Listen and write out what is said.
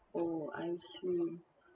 oh I see